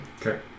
Okay